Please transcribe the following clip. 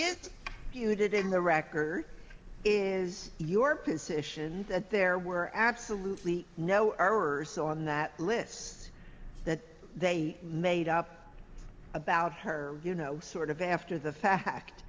if you did in the record is your position that there were absolutely no errors on that list that they made up about her you know sort of after the fact